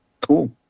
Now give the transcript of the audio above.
Cool